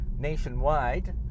nationwide